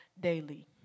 daily